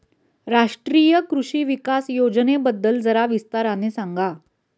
राष्ट्रीय कृषि विकास योजनेबद्दल जरा विस्ताराने सांगा